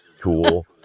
Cool